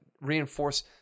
reinforce